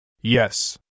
Yes